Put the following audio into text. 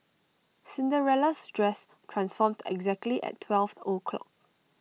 Cinderella's dress transformed exactly at twelve o'clock